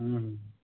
হুম হুম